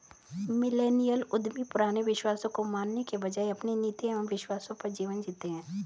millennial उद्यमी पुराने विश्वासों को मानने के बजाय अपने नीति एंव विश्वासों पर जीवन जीते हैं